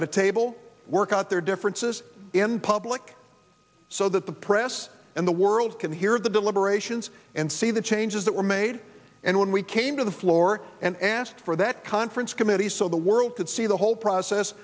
at a table work out their differences in public so that the press and the world can hear the deliberations and see the changes that were made and when we came to the floor and asked for that conference committee so the world could see the whole process